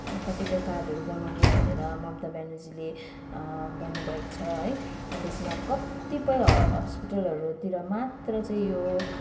कतिपय कार्डहरू बनाउनु भनेर ममता बेनर्जीले भन्नुभएको छ है त्यसमा कतिपय हस्पिटलहरूतिर मात्र चाहिँ यो